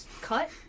cut